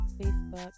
facebook